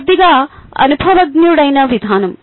కొద్దిగా అనుభవజ్ఞుడైన విధానం